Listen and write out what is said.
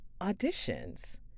auditions